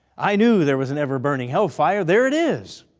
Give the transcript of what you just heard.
i knew there was an ever-burning hellfire. there it is.